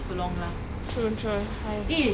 that's why I'm literally carrying my bag around